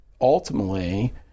ultimately